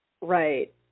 Right